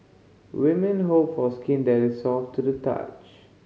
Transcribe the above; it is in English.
women hope for skin that is soft to the touch